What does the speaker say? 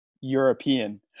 European